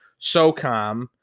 socom